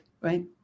right